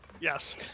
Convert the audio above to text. yes